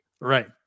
Right